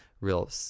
real